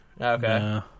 Okay